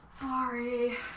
Sorry